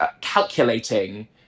calculating